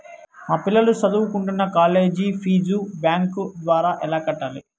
మా పిల్లలు సదువుకుంటున్న కాలేజీ ఫీజు బ్యాంకు ద్వారా ఎలా కట్టాలి?